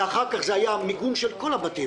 ואחר כך היה מיגון של כל הבתים,